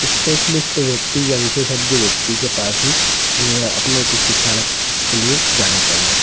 specialist व्यक्ति या विशेषज्ञ व्यक्ति के पास ही अपने चिकित्सालय के लिए जाना चाहिए